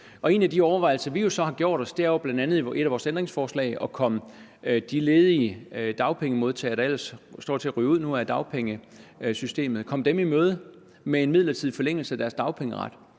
En af de overvejelser, vi jo så har gjort os, er bl.a. den, som et af vores ændringsforslag handler om, nemlig at komme de ledige dagpengemodtagere, der ellers står til at ryge ud af dagpengesystemet nu, i møde med en midlertidig forlængelse af deres dagpengeret.